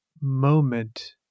moment